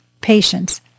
patience